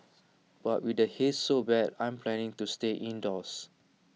but with the haze so bad I'm planning to stay indoors